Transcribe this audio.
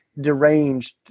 deranged